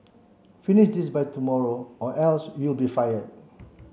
finish this by tomorrow or else you'll be fired